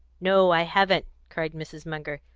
no, i haven't, cried mrs. munger.